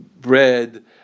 bread